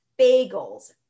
bagels